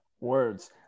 Words